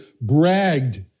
bragged